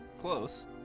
Close